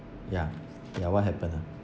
ya ya what happen ah